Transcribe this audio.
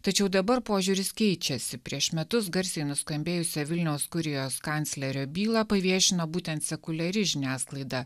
tačiau dabar požiūris keičiasi prieš metus garsiai nuskambėjusią vilniaus kurijos kanclerio bylą paviešino būtent sekuliari žiniasklaida